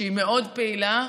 שהיא מאוד פעילה,